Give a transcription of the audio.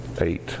eight